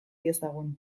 diezagun